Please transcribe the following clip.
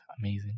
Amazing